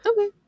Okay